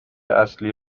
اصلی